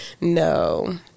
No